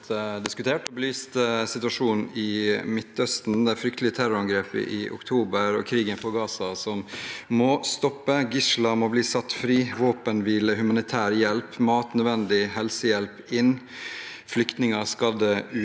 diskutert og belyst situasjonen i Midtøsten, det fryktelige terrorangrepet i oktober og krigen i Gaza, som må stoppe. Gislene må bli satt fri. Våpenhvile, humanitær hjelp, mat og nødvendig helsehjelp må inn. Flyktninger og skadde